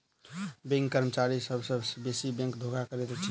bank कर्मचारी सभ सॅ बेसी बैंक धोखा करैत अछि